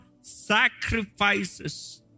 sacrifices